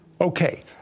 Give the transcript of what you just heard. Okay